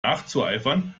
nachzueifern